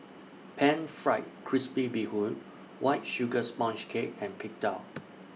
Pan Fried Crispy Bee Hoon White Sugar Sponge Cake and Png Tao